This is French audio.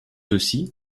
aussi